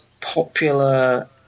popular